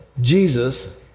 Jesus